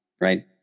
right